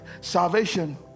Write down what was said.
salvation